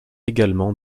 également